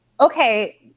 Okay